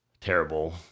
terrible